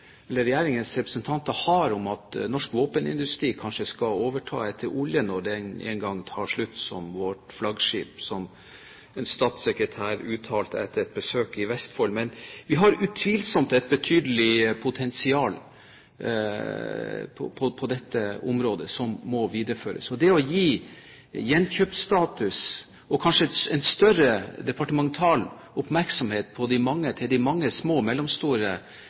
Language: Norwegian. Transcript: regjeringens representanter har om at norsk våpenindustri kanskje skal overta etter oljen når den en gang tar slutt som vårt flaggskip, som en statssekretær uttalte etter et besøk i Vestfold, men vi har et betydelig potensial på dette området, som må videreføres. Det å gi gjenkjøpsstatus og kanskje større departemental oppmerksomhet til de mange små og mellomstore